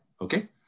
okay